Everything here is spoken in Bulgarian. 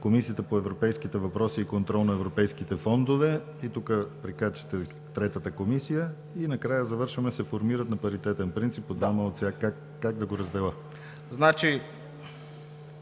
Комисията по европейските въпроси и контрол на европейските фондове и тук прикачате и третата комисия и накрая завършваме: “се формират на паритетен принцип по двама от всяка…” Как да го разделя?